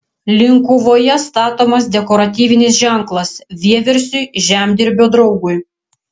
linkuvoje statomas dekoratyvinis ženklas vieversiui žemdirbio draugui